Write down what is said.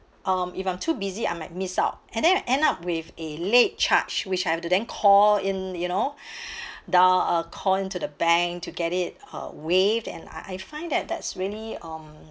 um if I'm too busy I might miss out and then end up with a late charge which I have to then call in you know dial uh call to the bank to get it uh waived and I I find that that's really um